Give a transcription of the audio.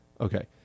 Okay